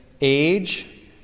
age